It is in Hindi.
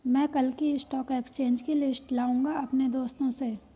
मै कल की स्टॉक एक्सचेंज की लिस्ट लाऊंगा अपने दोस्त से